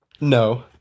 No